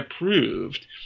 approved